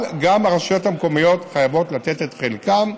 אבל גם הרשויות המקומיות חייבות לתת את חלקן,